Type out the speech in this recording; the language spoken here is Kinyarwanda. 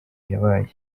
yabaye